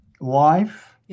life